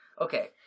Okay